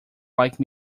like